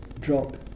drop